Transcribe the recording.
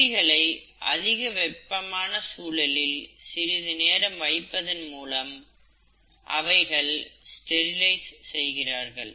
கருவிகளை அதிக வெப்பமான சூழலில் சிறிதுநேரம் வைப்பதன் மூலம் அவைகளை ஸ்டெரிலைஸ் செய்கிறார்கள்